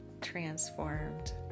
transformed